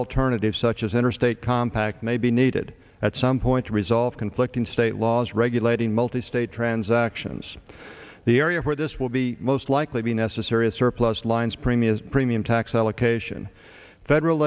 alternative such as interstate compact may be needed at some point to resolve conflict in state laws regulating multi state transactions the area where this will be most likely be necessary a surplus line spring is premium tax allocation federal